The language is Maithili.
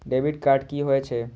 डेबिट कार्ड की होय छे?